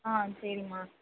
ஆ சரிமா